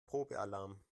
probealarm